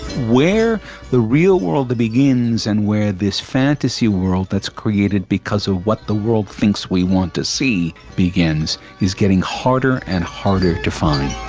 where the real world begins and where this fantasy world that's created because of what the world thinks we want to see begins is getting harder and harder to find.